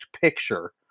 picture